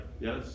yes